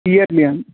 yearly అండి